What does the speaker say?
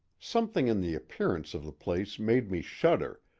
something in the appearance of the place made me shudder,